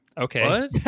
okay